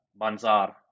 banzar